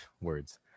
words